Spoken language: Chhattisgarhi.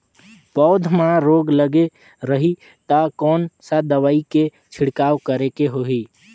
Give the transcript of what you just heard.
पौध मां रोग लगे रही ता कोन सा दवाई के छिड़काव करेके होही?